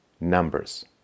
numbers